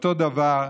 אותו דבר,